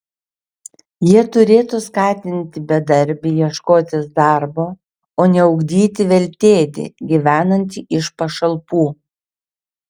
jie turėtų skatinti bedarbį ieškotis darbo o ne ugdyti veltėdį gyvenantį iš pašalpų